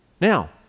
Now